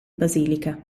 basilica